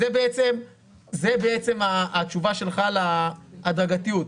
זאת בעצם התשובה שלך להדרגתיות.